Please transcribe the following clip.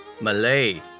Malay